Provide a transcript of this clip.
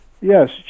Yes